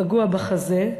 פגוע בחזה,